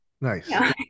nice